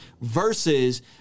versus